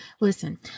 Listen